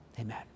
Amen